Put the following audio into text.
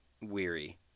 Weary